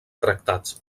tractats